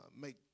make